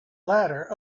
ladder